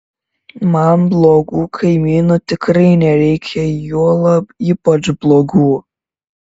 man blogų kaimynų tikrai nereikia juolab ypač blogų